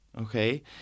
okay